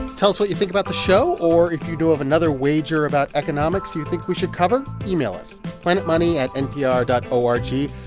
tell us what you think about the show. or if you have another wager about economics you think we should cover, email us planetmoney at npr dot o r g.